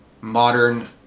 modern